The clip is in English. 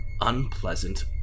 unpleasant